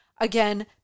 Again